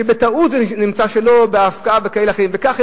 שבטעות נמצא שהם לא בהפקעה וכו'.